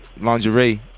lingerie